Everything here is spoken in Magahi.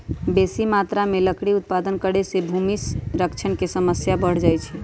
बेशी मत्रा में लकड़ी उत्पादन करे से भूमि क्षरण के समस्या बढ़ जाइ छइ